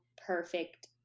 perfect